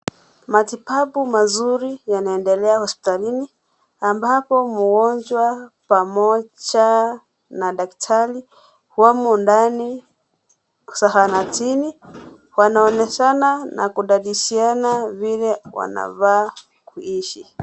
Matibabu mazuri yanaendelea hospitalini ambapo mgonjwa pamoja na daktari wamo ndani zahanatini wanaonyeshana na kudadishiana vile wanafaa kuishi.